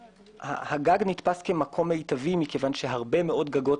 הגג נתפס כמקום מיטבי כי הרבה מאוד גגות,